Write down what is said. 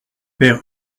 père